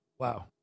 Wow